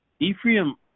Ephraim